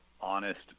honest